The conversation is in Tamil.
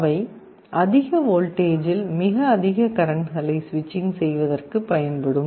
அவை அதிக வோல்டேஜில் மிக அதிக கரண்ட்களை ஸ்விட்சிங் செய்வதற்கு பயன்படும்